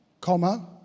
comma